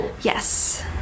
Yes